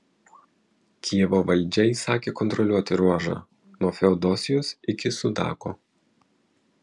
kijevo valdžia įsakė kontroliuoti ruožą nuo feodosijos iki sudako